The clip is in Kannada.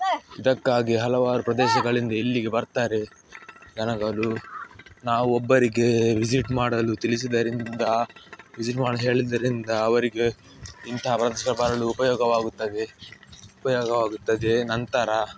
ಇದಕ್ಕಾಗಿ ಹಲವಾರು ಪ್ರದೇಶಗಳಿಂದ ಇಲ್ಲಿಗೆ ಬರ್ತಾರೆ ಜನಗಳು ನಾವು ಒಬ್ಬರಿಗೆ ವಿಸಿಟ್ ಮಾಡಲು ತಿಳಿಸಿದ್ದರಿಂದ ವಿಸಿಟ್ ಮಾಡಲು ಹೇಳಿದ್ದರಿಂದ ಅವರಿಗೆ ಇಂಥ ಉಪಯೋಗವಾಗುತ್ತದೆ ಉಪಯೋಗವಾಗುತ್ತದೆ ನಂತರ